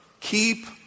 Keep